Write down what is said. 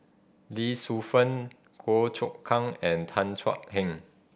Lee Shu Fen Goh Chok Kang and Tan Thua Heng